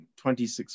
26